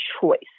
choice